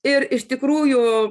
ir iš tikrųjų